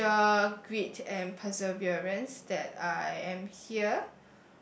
sheer grit and perseverance that I am here